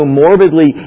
morbidly